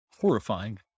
Horrifying